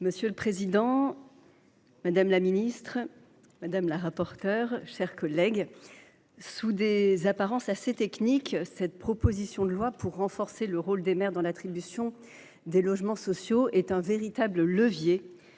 Monsieur le président, madame la ministre, mes chers collègues, sous des apparences assez techniques, cette proposition de loi visant à renforcer le rôle des maires dans l’attribution des logements sociaux est un véritable levier